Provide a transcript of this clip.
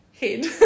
head